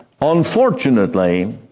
Unfortunately